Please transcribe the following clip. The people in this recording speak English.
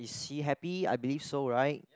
is she happy I believe so right